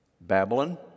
Babylon